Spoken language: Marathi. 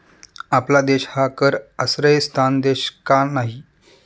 आपला देश हा कर आश्रयस्थान देश का नाही?